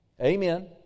Amen